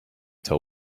till